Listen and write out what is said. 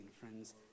friends